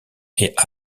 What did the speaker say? est